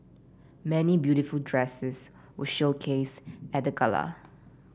many beautiful dresses were showcased at the gala